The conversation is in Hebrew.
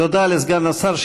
תודה לסגן השר.